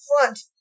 front